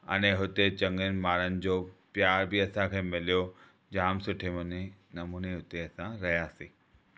हाणे हुते चङनि माण्हुनि जो प्यारु बि असां खे मिलियो जाम सुठे नमूने हुते असां रहयासीं